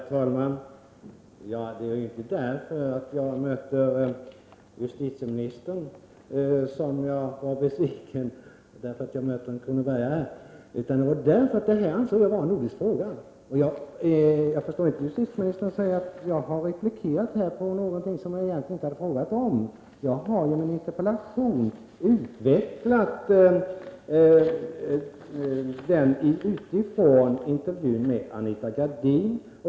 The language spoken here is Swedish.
Herr talman! Det är inte därför att jag möter justitieministern — en kronobergare — som jag är besviken, utan därför att jag ansåg att detta var en nordisk fråga. Jag förstår inte varför justitieministern säger att jag i min replik har talat om någonting som jag egentligen inte har frågat om. Jag har utvecklat min interpellation med utgångspunkt i intervjun med Anita Gradin.